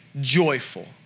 joyful